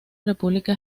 república